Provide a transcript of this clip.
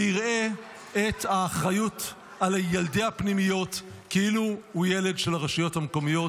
ויראה את האחריות על ילדי הפנימיות כאילו הוא ילד של הרשויות המקומיות.